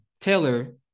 Taylor